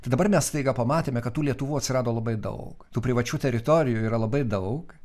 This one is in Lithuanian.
tai dabar mes staiga pamatėme kad tų lietuvų atsirado labai daug tų privačių teritorijų yra labai daug